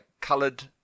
coloured